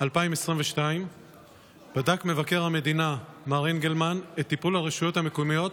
2022 בדק מבקר המדינה מר אנגלמן את טיפול הרשויות המקומיות